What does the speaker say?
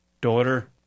daughter